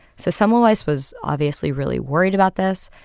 so semmelweis was obviously really worried about this.